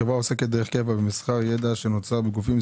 חברה העוסקת כדרך קבע במסחר ידע שנוצר בגופים,